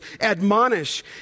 admonish